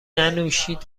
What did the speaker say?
ننوشید